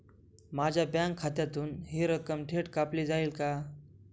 माझ्या बँक खात्यातून हि रक्कम थेट कापली जाईल का?